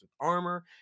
armor